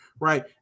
Right